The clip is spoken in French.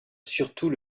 surtout